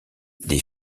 des